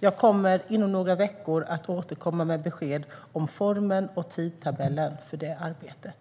Jag kommer inom några veckor att återkomma med besked om formen och tidtabellen för det arbetet.